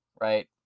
right